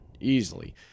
easily